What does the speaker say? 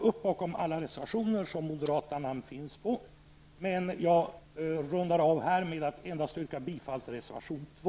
Jag stöder alla reservationer med moderata namnunderskrifter och avrundar mitt inlägg med att endast yrka bifall till reservation 2.